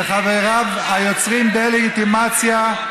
וחבריו, היוצרים דה-לגיטימציה,